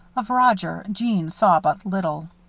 of roger, jeanne saw but little.